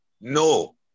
No